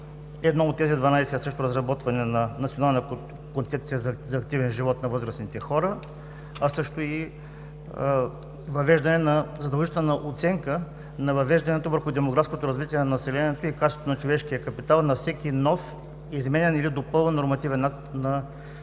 политика; разработване на национална концепция за активен живот на възрастните хора; а също и въвеждане на задължителна оценка за въздействието върху демографското развитие на населението и качеството на човешкия капитал на всеки нов, изменен или допълнен нормативен акт на държавата.